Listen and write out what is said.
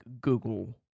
Google